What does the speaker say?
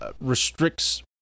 restricts